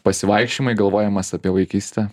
pasivaikščiojimai galvojimas apie vaikystę